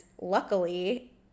luckily